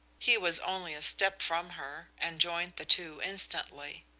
he was only a step from her, and joined the two instantly.